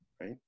right